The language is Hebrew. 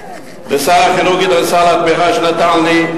לשר החינוך גדעון סער על התמיכה שנתן לי,